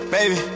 Baby